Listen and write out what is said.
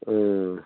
اۭں